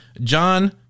John